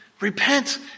repent